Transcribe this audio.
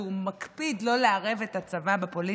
כי הוא מקפיד לא לערב את הצבא בפוליטיקה.